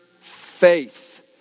faith